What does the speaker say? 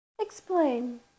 Explain